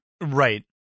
Right